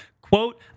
quote